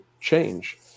change